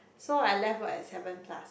so I left work at seven plus